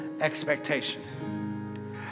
expectation